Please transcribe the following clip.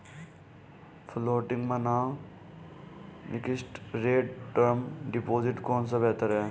Floating बनाम fixed rate term deposit कौन सा बेहतर है?